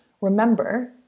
remember